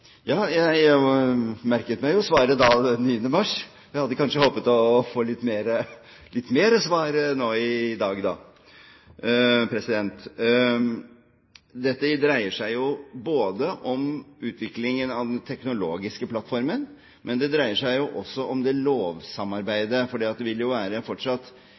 Jeg merket meg jo svaret da, 9. mars, men jeg hadde kanskje håpet å få litt mer svar nå i dag. Dette dreier seg jo både om utviklingen av den teknologiske plattformen og om lovsamarbeidet, for for de landene som ligger etter oss i løypa, vil man jo fortsatt